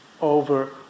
over